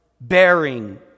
bearing